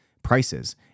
prices